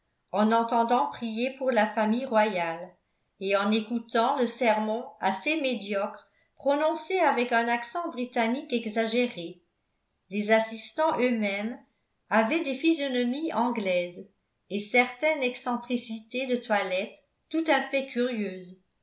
en entendant prier pour la famille royale et en écoutant le sermon assez médiocre prononcé avec un accent britannique exagéré les assistants eux-mêmes avaient des physionomies anglaises et certaines excentricités de toilette tout à fait curieuses